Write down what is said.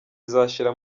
izashira